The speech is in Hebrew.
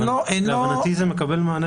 להבנתי זה מקבל מענה